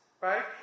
Right